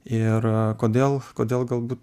ir kodėl kodėl galbū